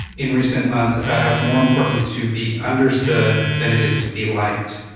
in recent months, about how it's more important to be understood than it is to be liked.